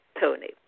Tony